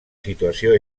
situació